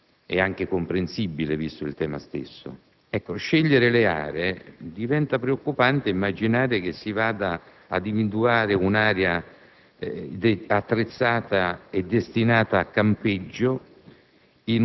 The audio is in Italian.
è anche comprensibile, visto l'argomento. Ebbene, nello scegliere le aree, diventa preoccupante immaginare che si vada ad individuare un'area attrezzata e destinata a campeggio